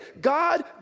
God